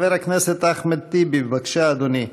חבר הכנסת אחמד טיבי, בבקשה, אדוני.